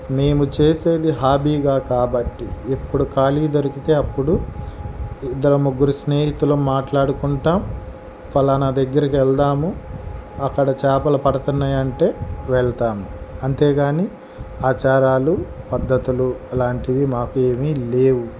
మేము చేసేది హాబీగా కాబట్టి ఎప్పుడు ఖాళీ దొరికితే అప్పుడు ఇద్దరు ముగ్గురు స్నేహితులం మాట్లాడుకుంటాం పలానా దగ్గరికి ఎల్దాము అక్కడ చేపలు పడుతున్నాయి అంటే వెళ్తాను అంతేగాని ఆచారాలు పద్ధతులు అలాంటివి మాకు ఏమీ లేవు